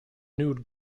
nude